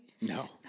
No